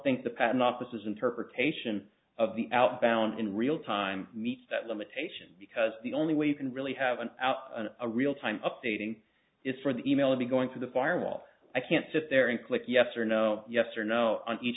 think the patent office is interpretation of the outbound in real time meets that limitation because the only way you can really have an out and a real time updating is for the mail be going through the firewall i can't sit there and click yes or no yes or no on each